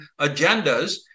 agendas